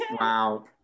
wow